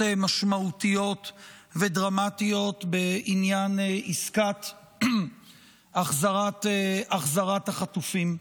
משמעותיות ודרמטיות בעניין עסקת החזרת החטופים.